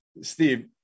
Steve